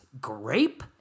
grape